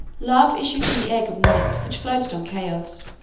love issued from the egg of night, which floated on chaos.